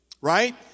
right